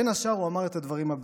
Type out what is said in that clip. בין השאר הוא אמר את הדברים הבאים: